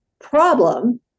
problem